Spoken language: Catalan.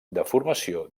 deformació